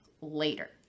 later